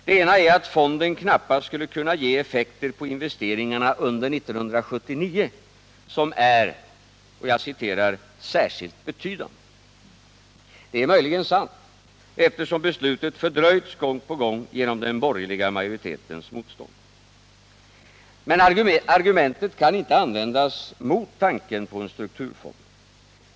Det ena är att fonden knappast skulle kunna ge effekter på investeringarna under 1979, som är ”särskilt betydande”. Det är möjligen sant, eftersom beslutet fördröjts gång på gång genom den borgerliga majoritetens motstånd. Argumentet kan emellertid inte användas mot tanken på en strukturfond.